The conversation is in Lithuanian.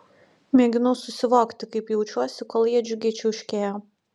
mėginau susivokti kaip jaučiuosi kol jie džiugiai čiauškėjo